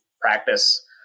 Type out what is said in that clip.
practice